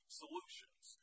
solutions